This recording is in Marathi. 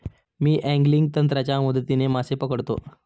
मी अँगलिंग तंत्राच्या मदतीने मासे पकडतो